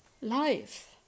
life